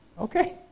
Okay